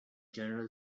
general